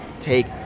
take